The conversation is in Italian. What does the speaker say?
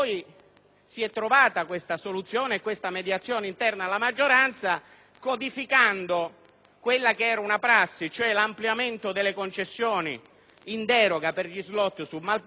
Si è trovata, dunque, una mediazione interna alla maggioranza, codificando quella che era una prassi, vale a dire l'ampliamento delle concessioni in deroga per gli *slot* su Malpensa,